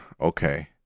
okay